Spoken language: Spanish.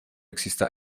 exista